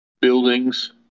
buildings